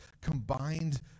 combined